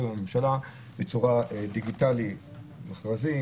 עם הממשלה בצורה דיגיטלית: מכרזים,